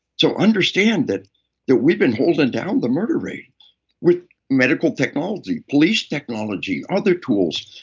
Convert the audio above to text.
so understand that that we've been holding down the murder rate with medical technology, police technology, other tools.